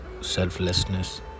selflessness